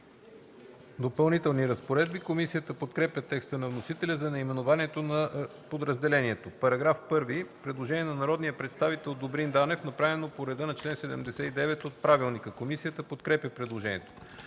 „Допълнителни разпоредби”. Комисията подкрепя текста на вносителя за наименованието на подразделението. По § 1 има предложение на народния представител Добрин Данев, направено по реда на чл. 79 от Правилника за организацията